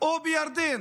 או בירדן.